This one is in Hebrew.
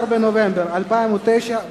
17 בנובמבר 2009,